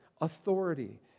authority